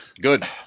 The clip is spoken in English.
Good